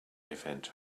event